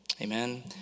Amen